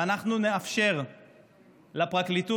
ואנחנו נאפשר לפרקליטות,